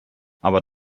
aber